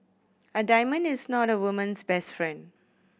a diamond is not a woman's best friend